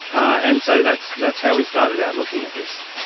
and so that's that's how we started out looking at this.